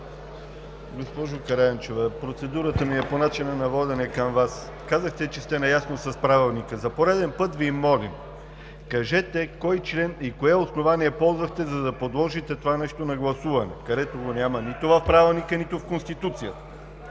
Госпожо Караянчева, процедурата ми е по начина на водене към Вас. Казахте, че сте наясно с Правилника. За пореден път Ви молим: кажете кой член и кое основание ползвахте, за да подложите това нещо на гласуване, като го няма нито в Правилника, нито в Конституцията?!